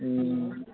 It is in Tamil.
ம்